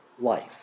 life